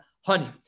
honey